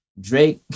Drake